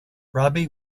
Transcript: robbie